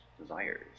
desires